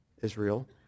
Israel